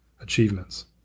achievements